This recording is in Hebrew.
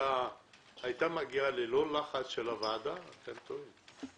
הייתה מגיעה ללא לחץ של הוועדה, אתם טועים;